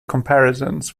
comparisons